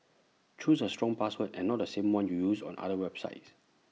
choose A strong password and not the same one you use on other websites